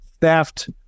theft